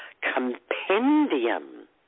Compendium